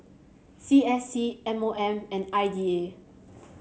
C S C M O M and I D A